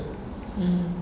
mm